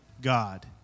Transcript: God